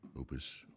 opus